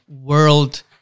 world